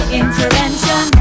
intervention